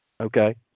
Okay